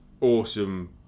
awesome